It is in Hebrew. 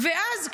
ואז,